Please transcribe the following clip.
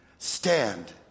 Stand